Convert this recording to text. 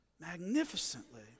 magnificently